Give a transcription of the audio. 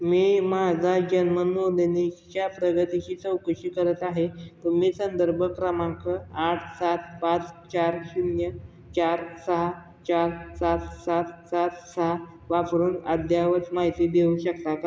मी माझा जन्म नोंदणीच्या प्रगतीची चौकशी करत आहे तुम्ही संदर्भ क्रमांक आठ सात पाच चार शून्य चार सहा चार सात सात सात सहा वापरून अद्ययावत माहिती देऊ शकता का